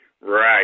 Right